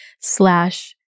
slash